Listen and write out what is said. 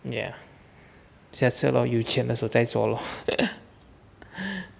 ya 下次 lor 有钱的时候再做 lor